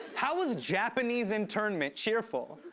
how was japanese internment cheerful?